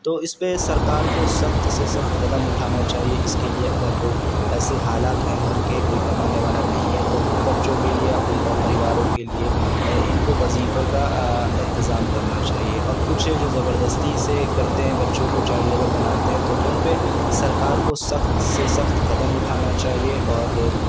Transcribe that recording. تو اس میں سرکار کو سخت سے سخت قدم اٹھانا چاہیے اس کے لیے اگر جو ایسے حالات ہیں گھر کے کوئی کمانے والا نہیں ہے تو ان بچوں کے لیے ان کا پریواروں کے لیے ان کو وظیفہ کا انتظام کرنا چاہیے اور کچھ جو زبردستی سے کرتے ہیں بچوں کو چائیلڈ لیبر بناتے ہیں تو ان پہ سرکار کو سخت سے سخت قدم اٹھانا چاہیے اور